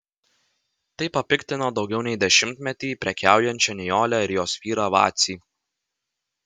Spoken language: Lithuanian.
tai papiktino daugiau nei dešimtmetį prekiaujančią nijolę ir jos vyrą vacį